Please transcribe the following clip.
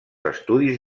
estudis